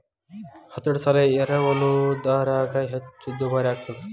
ಹತೋಟಿ ಸಾಲ ಎರವಲುದಾರಗ ಹೆಚ್ಚ ದುಬಾರಿಯಾಗ್ತದ